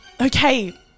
Okay